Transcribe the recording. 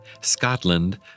Scotland